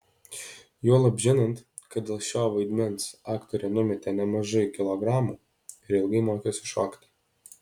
juolab žinant kad dėl šio vaidmens aktorė numetė nemažai kilogramų ir ilgai mokėsi šokti